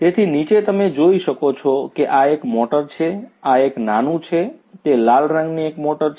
તેથી નીચે તમે જોઈ શકો છો કે આ એક મોટર છે આ એક નાનું છે તે લાલ રંગની એક મોટર છે